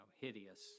hideous